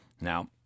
Now